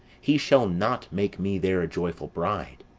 he shall not make me there a joyful bride!